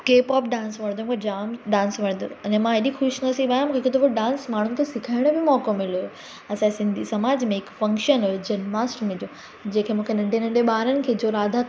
cap ऑफ dance वणंदो मूंखे जाम डांस वणंदो अने मां हेॾी ख़ुशनसीबु आहियां मूंखे हिकु दफ़ो डांस माण्हुनि खे सिखाइण जो बि मौक़ो मिलियो असांजे सिंधी समाज में हिकु फ़ंक्शन हुओ जन्माष्टमी जो जेके मूंखे नंढे नंढे ॿारनि खे जो राधा